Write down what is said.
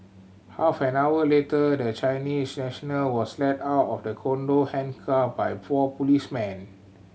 half an hour later the Chinese national was led out of the condo handcuffed by four policemen